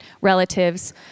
relatives